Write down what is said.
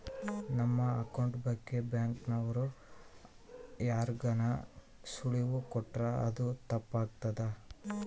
ನಮ್ ಅಕೌಂಟ್ ಬಗ್ಗೆ ಬ್ಯಾಂಕ್ ಅವ್ರು ಯಾರ್ಗಾನ ಸುಳಿವು ಕೊಟ್ರ ಅದು ತಪ್ ಆಗ್ತದ